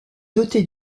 dotée